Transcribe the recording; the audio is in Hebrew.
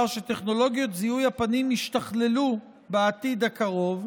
שטכנולוגיות זיהוי הפנים ישתכללו בעתיד הקרוב,